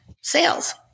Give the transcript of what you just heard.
sales